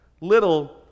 Little